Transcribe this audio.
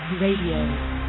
RADIO